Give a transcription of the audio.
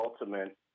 ultimate